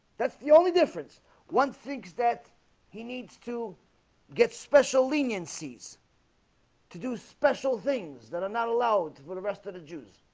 that's the only difference one thinks that he needs to get special leniencies to do special things that are not allowed for the rest of the jews